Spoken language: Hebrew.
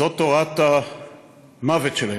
זאת תורת המוות שלהם.